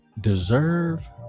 deserve